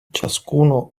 ciascuno